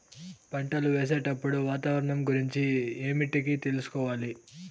పంటలు వేసేటప్పుడు వాతావరణం గురించి ఏమిటికి తెలుసుకోవాలి?